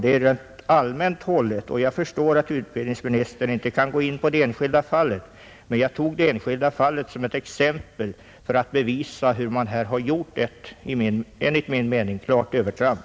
Det är en rätt allmänt hållen regel, och jag förstår att utbildningsministern inte kan gå in på det enskilda fallet. Jag valde det emellertid som ett exempel för att bevisa hur man här enligt min mening gjort ett klart övertramp.